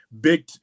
big